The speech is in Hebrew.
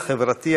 החברתי,